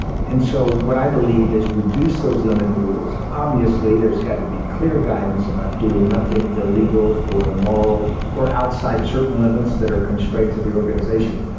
and so what i believe is reduce those limiting rules. obviously, there's got to be clear guidance about doing nothing illegal or immoral or outside of certain limits that are constraints of the organization.